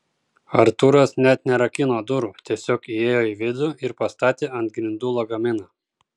artūras net nerakino durų tiesiog įėjo į vidų ir pastatė ant grindų lagaminą